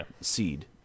seed